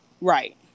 Right